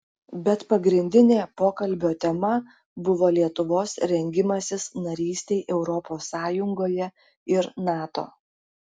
bet pagrindinė pokalbio tema buvo lietuvos rengimasis narystei europos sąjungoje ir nato